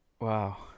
wow